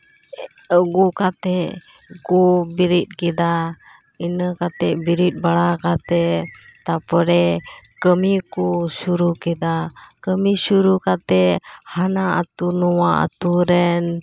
ᱟᱹᱜᱩ ᱠᱟᱛᱮ ᱠᱩ ᱵᱮᱨᱮᱫ ᱠᱮᱫᱟ ᱤᱱᱟᱹ ᱠᱟᱛᱮ ᱵᱮᱨᱮᱫ ᱵᱟᱲᱟ ᱠᱟᱛᱮ ᱛᱟᱯᱚᱨᱮ ᱠᱟᱹᱢᱤ ᱠᱚ ᱥᱩᱨᱩ ᱠᱮᱫᱟ ᱠᱟᱹᱢᱤ ᱥᱩᱨᱩ ᱠᱟᱛᱮ ᱦᱟᱱᱟ ᱟᱛᱳ ᱱᱚᱣᱟ ᱟᱛᱳ ᱨᱮᱱ